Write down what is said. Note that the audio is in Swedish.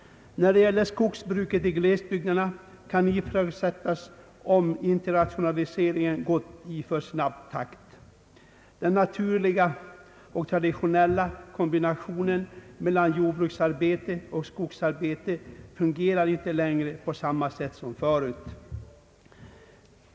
När det gäller skogsbruket i glesbyg derna kan det ifrågasättas om inte rationaliseringen har gått i alltför snabb takt. Den naturliga och traditionella kombinationen mellan jordbruksarbete och skogsarbete fungerar inte längre på samma sätt som förut.